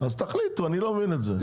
אז תחליטו, אני לא מבין את זה.